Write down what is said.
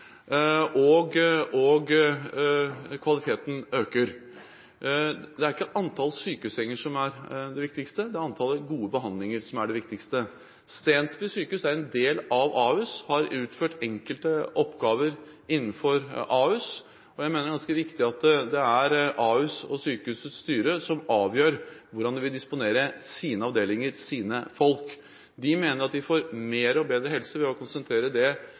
og kvaliteten øker. Det er ikke antallet sykehussenger som er det viktigste, det er antallet gode behandlinger som er det viktigste. Stensby sykehus, en del av Ahus, har utført enkelte oppgaver innenfor Ahus. Jeg mener det er ganske viktig at det er Ahus og sykehusets styre som avgjør hvordan de vil disponere sine avdelinger og sine folk. De mener at de får mer og bedre helsetjenester ved å konsentrere